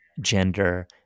gender